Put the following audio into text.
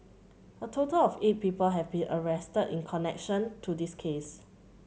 a total of eight people have been arrested in connection to this case